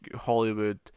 Hollywood